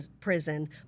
prison